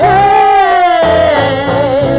Hey